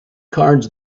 cards